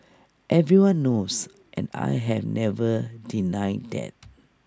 everyone knows and I have never denied that